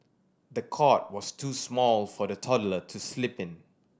the cot was too small for the toddler to sleep in